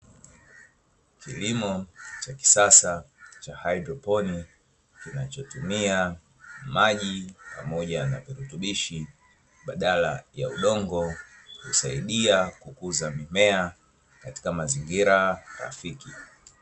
Kilimo cha kisasa cha haidroponi kinachotumia maji pamoja na virutubishi badala ya udongo. Husaidia kukuza mimea katika mazingira rafiki.